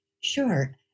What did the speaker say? Sure